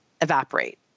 evaporate